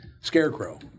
Scarecrow